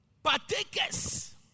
Partakers